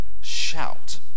shout